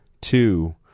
two